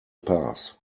pass